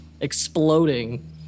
exploding